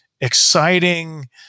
exciting